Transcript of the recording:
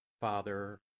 Father